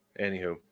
Anywho